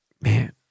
man